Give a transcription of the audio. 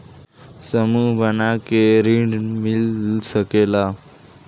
समूह बना के ऋण मिल सकेला का?